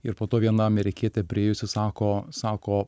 ir po to viena amerikietė priėjusi sako sako